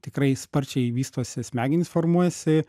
tikrai sparčiai vystosi smegenys formuojasi